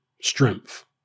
strength